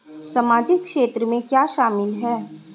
सामाजिक क्षेत्र में क्या शामिल है?